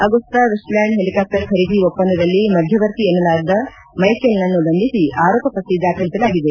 AgustaWestland helicopter ಖರೀದಿ ಒಪ್ಪಂದದಲ್ಲಿ ಮಧ್ಯವರ್ತಿ ಎನ್ನಲಾದ ಮೈಕೆಲ್ನನ್ನು ಬಂಧಿಸಿ ಆರೋಪಪಟ್ಟ ದಾಖಲಿಸಲಾಗಿದೆ